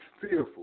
fearful